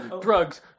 Drugs